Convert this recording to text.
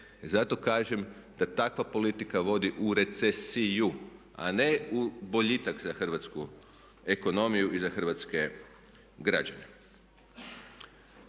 zato kažem da takva politika vodi u recesiju, a ne u boljitak za hrvatsku ekonomiju i za hrvatske građane.